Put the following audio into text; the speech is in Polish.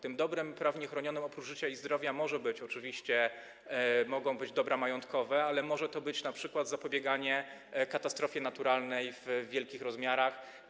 Tymi dobrami prawnie chronionymi oprócz życia i zdrowia mogą być oczywiście dobra majątkowe, ale może to być np. zapobieganie katastrofie naturalnej wielkich rozmiarów.